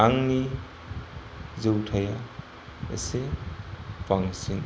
आंनि जौथाया एसे बांसिन